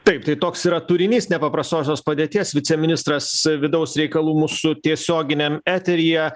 taip tai toks yra turinys nepaprastosios padėties viceministras vidaus reikalų mūsų tiesioginiam eteryje